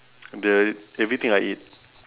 the everything I eat